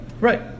Right